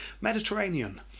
mediterranean